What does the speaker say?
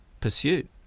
pursuit